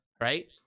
Right